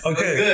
Okay